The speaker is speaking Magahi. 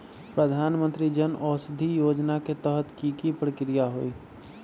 प्रधानमंत्री जन औषधि योजना के तहत की की प्रक्रिया होई?